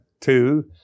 two